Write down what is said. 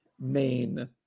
main